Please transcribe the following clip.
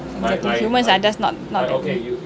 exactly humans are just not not that